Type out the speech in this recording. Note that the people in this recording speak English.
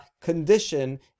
condition